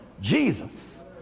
Jesus